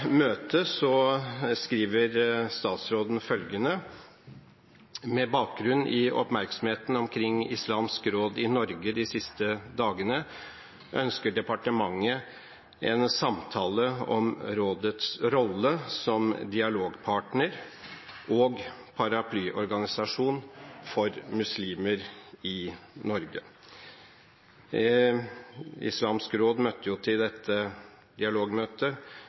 møtet skriver statsråden følgende: «Med bakgrunn i oppmerksomheten omkring Islamsk Råd Norge de siste dagene ønsker departementet en samtale om rådets rolle som dialogpartner og paraplyorganisasjon for muslimer i Norge.» Islamsk Råd møtte til dette dialogmøtet,